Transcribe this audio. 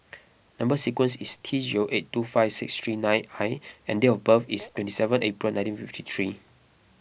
Number Sequence is T zero eight two five six three nine I and date of birth is twenty seven April nineteen fifty three